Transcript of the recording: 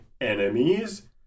enemies